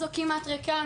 הוועדה הזו כמעט ריקה,